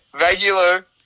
regular